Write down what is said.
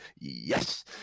Yes